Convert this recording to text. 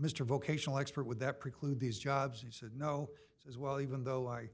mr vocational expert with that preclude these jobs he said no as well even though i